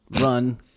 run